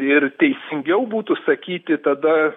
ir teisingiau būtų sakyti tada